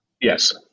Yes